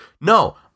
No